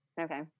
okay